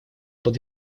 под